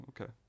okay